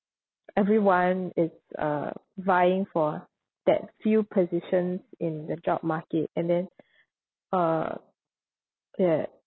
everyone is uh vying for that few positions in the job market and then uh ya